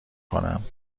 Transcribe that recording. کنم